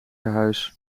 verhuis